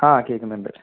ആ കേൾക്കുന്നുണ്ട്